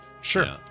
sure